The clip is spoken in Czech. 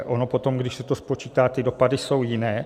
Ono potom, když se to spočítá, ty dopady jsou jiné.